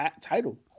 title